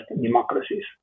democracies